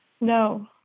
No